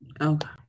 Okay